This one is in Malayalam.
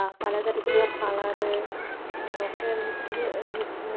ആ പലതരത്തിലുള്ള കളറ് ഒക്കെ നിന്ന്